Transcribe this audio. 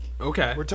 Okay